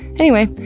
anyway,